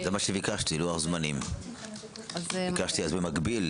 ביקשתי לוח זמנים, במקביל.